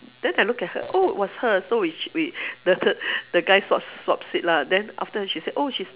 then I look at her oh it was her so we we the the the guy swap swap seat lah then after that she said oh she's